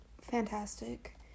fantastic